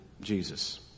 Jesus